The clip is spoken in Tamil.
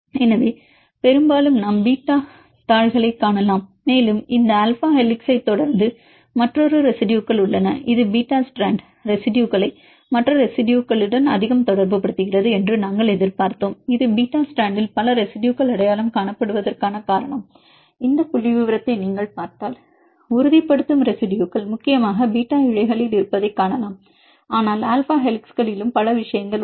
எனவே பெரும்பாலும் நாம் பீட்டா தாள்களைக் காணலாம் மேலும் இந்த ஆல்பா ஹெலிக்ஸைத் தொடர்ந்து மற்றொரு ரெசிடுயுகள் உள்ளன இது பீட்டா ஸ்ட்ராண்ட் ரெசிடுயுகளை மற்ற ரெசிடுயுகளுடன் அதிகம் தொடர்புபடுத்துகிறது என்று நாங்கள் எதிர்பார்த்தோம் இது பீட்டா ஸ்ட்ராண்டில் பல ரெசிடுயுகள் அடையாளம் காணப்படுவதற்கான காரணம் இந்த புள்ளிவிவரத்தை நீங்கள் பார்த்தால் உறுதிப்படுத்தும் ரெசிடுயுகள் முக்கியமாக பீட்டா இழைகளில் இருப்பதைக் காணலாம் ஆனால் ஆல்பா ஹெலிக்ஸ்களிலும் பல விஷயங்கள் உள்ளன